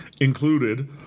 included